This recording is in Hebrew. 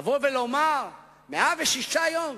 לומר 106 יום,